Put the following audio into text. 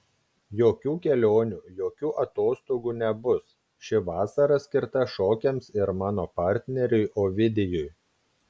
jokių kelionių jokių atostogų nebus ši vasara skirta šokiams ir mano partneriui ovidijui